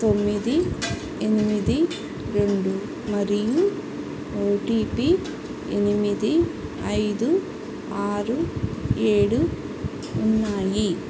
తొమ్మిది ఎనిమిది రెండు మరియు ఓటీపీ ఎనిమిది ఐదు ఆరు ఏడు ఉన్నాయి